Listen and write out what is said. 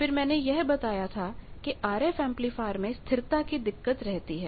फिर मैंने यह बताया था कि आरएफ एमप्लीफायर में स्थिरता की दिक्कत रहती है